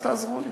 אז תעזרו לי,